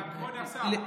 כבוד השר,